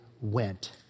went